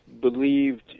believed